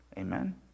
Amen